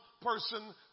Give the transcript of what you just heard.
person